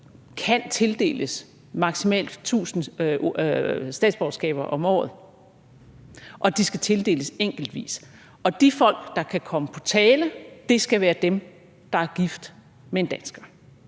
kan tildeles maksimalt 1.000 statsborgerskaber om året, og de skal tildeles enkeltvis. Og de folk, der kan komme på tale, skal være dem, der er gift med en dansker.